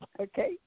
okay